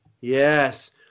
Yes